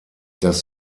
dass